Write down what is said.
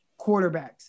quarterbacks